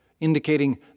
indicating